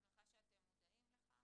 אני שמחה שאתם מודעים לכך,